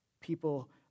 people